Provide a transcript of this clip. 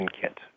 kit